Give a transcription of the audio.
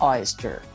Oyster